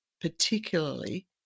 particularly